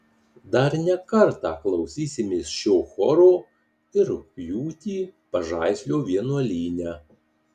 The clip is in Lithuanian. dar ne kartą klausysimės šio choro ir rugpjūtį pažaislio vienuolyne